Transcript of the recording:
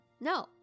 No